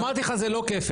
אמרתי לך זה לא כפל.